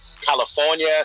California